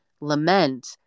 lament